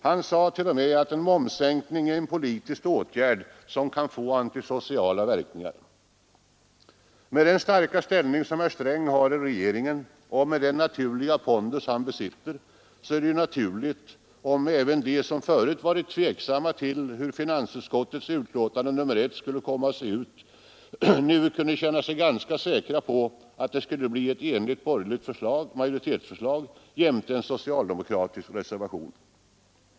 Han sade t.o.m., att ”en momssänkning är en politisk åtgärd, som kan få antisociala verkningar”. Med den starka ställning som herr Sträng har i regeringen och med den naturliga pondus han besitter är det begripligt om även de, som förut varit tveksamma till hur finansutskottets betänkande nr 1 skulle komma att se ut, nu kunde känna sig ganska säkra på att det skulle bli ett enigt borgerligt majoritetsförslag jämte en socialdemokratisk reservation.